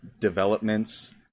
developments